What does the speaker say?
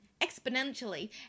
Exponentially